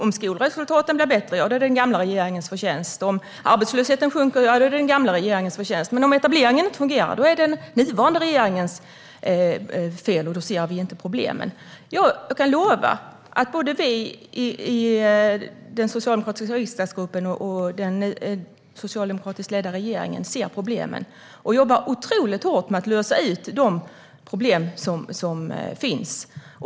Om skolresultaten blir bättre är det visst den gamla regeringens förtjänst, och om arbetslösheten sjunker är det den gamla regeringens förtjänst. Men om etableringen inte fungerar är det i stället den nuvarande regeringens fel, och man menar att vi inte ser problemen. Jag kan lova att vi både i den socialdemokratiska riksdagsgruppen och i den socialdemokratiskt ledda regeringen ser problemen och jobbar otroligt hårt med att lösa de problem som finns.